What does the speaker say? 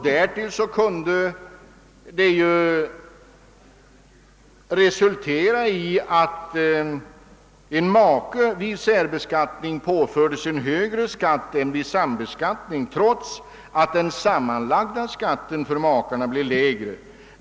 Därtill kunde det ju resultera i att en make vid särbeskattning påfördes en högre skatt än vid sambeskattning, trots att den sammanlagda skatten för makarna blev lägre.